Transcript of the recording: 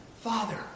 Father